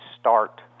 start